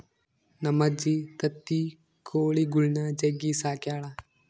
ನಮ್ಮಜ್ಜಿ ತತ್ತಿ ಕೊಳಿಗುಳ್ನ ಜಗ್ಗಿ ಸಾಕ್ಯಳ